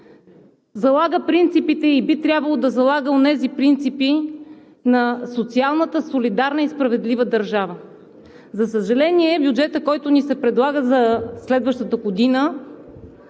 залага принципите и би трябвало да залага онези принципи на социалната, солидарна и справедлива държава. За съжаление, бюджетът, който ни се предлага за следващата година,